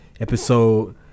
episode